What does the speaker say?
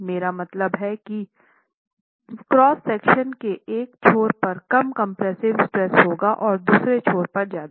मेरा मतलब है की क्रॉस सेक्शन के एक छोर पर कम कंप्रेसिव स्ट्रेस होगा और दूसरे छोर पर ज़्यादा